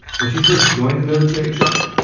when she first joined the military truck,